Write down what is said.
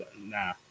nah